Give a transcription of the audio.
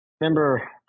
remember